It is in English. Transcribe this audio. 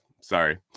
sorry